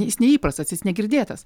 jis neįprastas jis negirdėtas